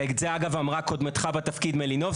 ואת זה, אגב, אמרה קודמתך בתפקיד מלינובסקי.